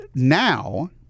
Now